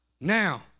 Now